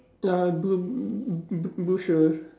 ya blue b~ b~ b~ blue shoes